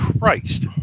Christ